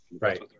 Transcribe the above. Right